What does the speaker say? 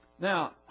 Now